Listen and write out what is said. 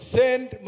send